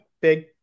big